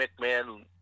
McMahon